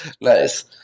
Nice